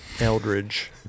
Eldridge